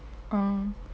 oh